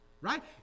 Right